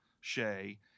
Shay